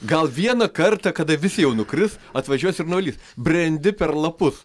gal vieną kartą kada visi jau nukris atvažiuos ir nuvalys brendi per lapus